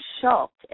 shocked